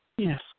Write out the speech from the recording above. Yes